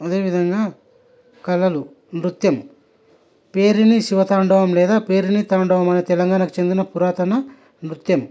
అదే విధంగా కళలు నృత్యం పేరిణి శివతాండవం లేదా పేరిణి తాండవం అనే తెలంగాణకు చందిన పురాతన నృత్యం